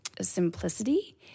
simplicity